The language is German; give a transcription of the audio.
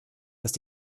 dass